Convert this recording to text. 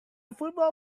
football